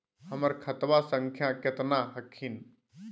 हमर खतवा संख्या केतना हखिन?